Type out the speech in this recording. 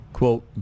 quote